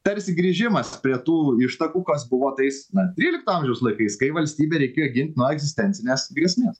tarsi grįžimas prie tų ištakų kas buvo tais na trylikto amžiaus laikais kai valstybę reikėjo gint nuo egzistencinės grėsmės